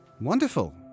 Wonderful